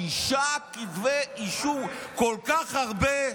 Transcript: שישה כתבי אישום, כל כך הרבה.